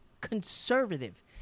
conservative